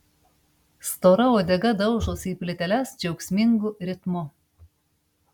stora uodega daužosi į plyteles džiaugsmingu ritmu